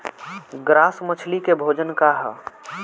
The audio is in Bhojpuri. ग्रास मछली के भोजन का ह?